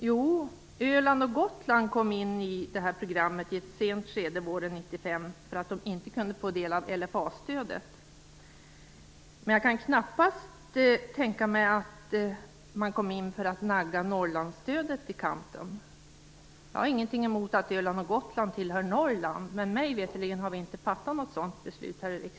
Jo, Öland och Gotland kom in i programmet i ett sent skede, våren 1995, för att de inte kunde få del av LFA-stödet. Men jag kan knappast tänka mig att de kom in för att nagga Norrlandsstödet i kanten. Jag har ingenting emot att Öland och Gotland tillhör Norrland, men mig veterligen har riksdagen inte fattat något sådant beslut.